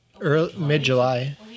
Mid-July